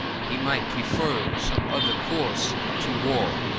he might prefer some other course to war.